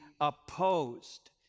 opposed